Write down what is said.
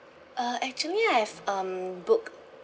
uh actually I have um book